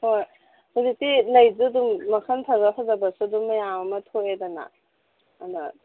ꯍꯣꯏ ꯍꯧꯖꯤꯛꯇꯤ ꯂꯩꯁꯨ ꯑꯗꯨꯝ ꯃꯈꯜ ꯐꯖ ꯐꯖꯕꯁꯨ ꯑꯗꯨꯝ ꯃꯌꯥꯝ ꯑꯃ ꯊꯣꯛꯑꯦꯗꯅ ꯑꯗ